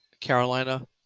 Carolina